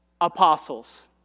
apostles